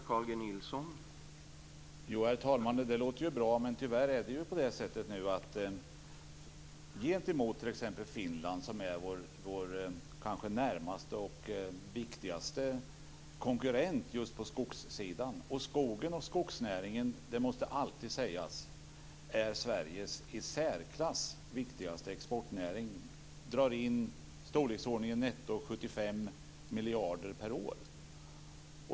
Herr talman! Det låter ju bra. Men Finland är vår närmaste och viktigaste konkurrent på skogssidan, och skogen och skogsnäringen är Sveriges i särklass viktigaste exportnäring. Denna bransch drar in i storleksordningen netto 75 miljarder per år.